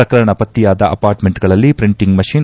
ಪ್ರಕರಣ ಪತ್ತಯಾದ ಅಪಾರ್ಟ್ಮೆಂಟ್ನಲ್ಲಿ ಪ್ರಿಂಟಿಂಗ್ ಮಷಿನ್